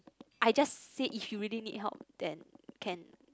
I just say if you really need help then can